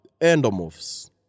endomorphs